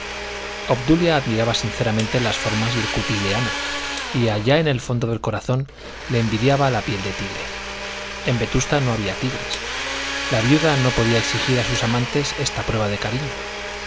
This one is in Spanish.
obdulia admiraba sinceramente las formas y el cutis de ana y allá en el fondo del corazón le envidiaba la piel de tigre en vetusta no había tigres la viuda no podía exigir a sus amantes esta prueba de cariño